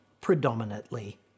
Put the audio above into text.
predominantly